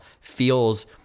feels